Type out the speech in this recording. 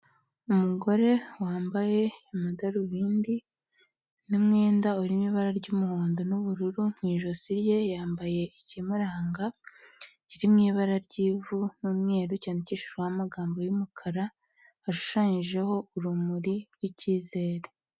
Umugore wambaye amadarubindi n'umwenda urimo ibara ry'umuhondo n'ubururu, mu ijosi rye yambaye ikimuranga kiriw mu ibara ry'ivu n'umweru, cyandikishijweho amagambo y'umukara, ashushanyijeho urumuri rw'icyizere.